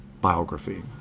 biography